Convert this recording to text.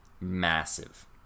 massive